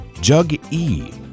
Jug-E